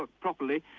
ah properly,